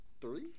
Three